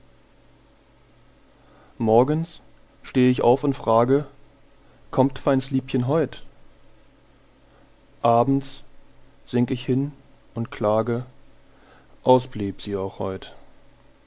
morgens steh ich auf und frage kommt feins liebchen heut abends sink ich hin und klage aus blieb sie auch heut